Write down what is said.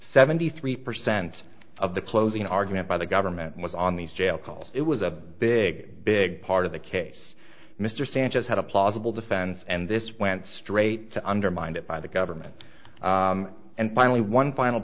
seventy three percent of the closing argument by the government was on these jail calls it was a big big part of the case mr sanchez had a plausible defense and this went straight to undermined it by the government and finally one final